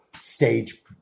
stage